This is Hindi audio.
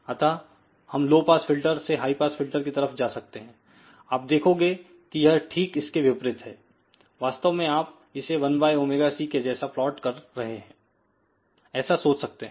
अतःहम लो पास फिल्टर से हाई पास फिल्टर की तरफ जा सकते हैं आप देखोगे की यह ठीक इसके विपरीत है वास्तव में आप इसे 1 बाय ωc के जैसा प्लॉट कर रहे ऐसा सोच सकते है